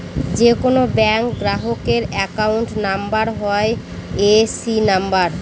যে কোনো ব্যাঙ্ক গ্রাহকের অ্যাকাউন্ট নাম্বার হয় এ.সি নাম্বার